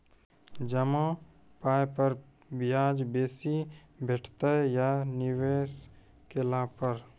जमा पाय पर ब्याज बेसी भेटतै या निवेश केला पर?